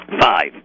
Five